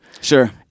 Sure